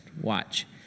watch